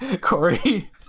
Corey